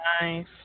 Nice